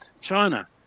China